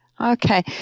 Okay